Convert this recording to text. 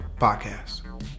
Podcast